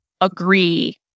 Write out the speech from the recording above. agree